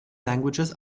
languages